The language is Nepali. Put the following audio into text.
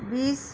बिस